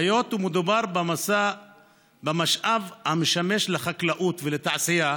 היות שמדובר במשאב המשמש לחקלאות ולתעשייה